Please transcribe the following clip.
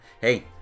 Hey